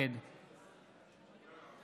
נגד אפרת רייטן מרום, נגד ג'ידא